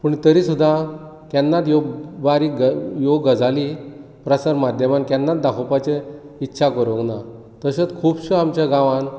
पूण तरी सुद्दां केन्नाच ह्यो बारीक ह्यो गजाली प्रसार माध्यमांत केन्नाच दाखोवपाचें इच्छा करूंक ना तशेंच खूबश्यो आमच्या गांवांत